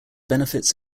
benefits